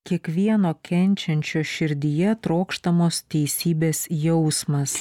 kiekvieno kenčiančio širdyje trokštamos teisybės jausmas